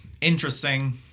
interesting